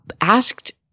asked